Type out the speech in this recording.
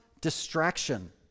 distraction